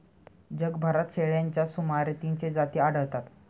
जगभरात शेळ्यांच्या सुमारे तीनशे जाती आढळतात